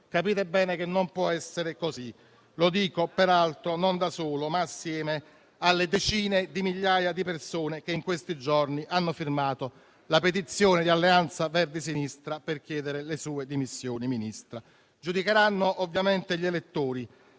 Capite bene che non può essere così. Lo dico peraltro non da solo, ma assieme alle decine di migliaia di persone che in questi giorni hanno firmato la petizione di Alleanza Verdi e Sinistra per chiedere le sue dimissioni, Ministra. Giudicheranno ovviamente gli elettori.